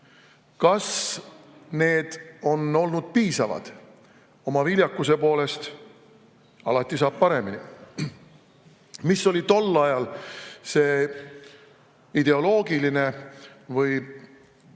Kas need on olnud piisavad oma viljakuse poolest? Alati saab paremini. Mis oli tol ajal see ideoloogiline,